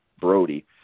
Brody